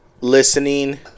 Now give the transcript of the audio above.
Listening